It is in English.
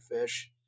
fish